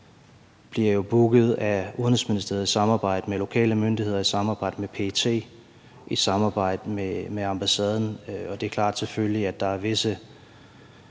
bliver jo booket af Udenrigsministeriet i samarbejde med lokale myndigheder, i samarbejde med PET og i samarbejde med ambassaden, og det er klart, at der selvfølgelig er særlige